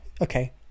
Okay